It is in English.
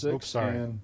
sorry